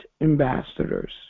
ambassadors